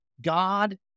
God